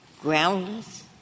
groundless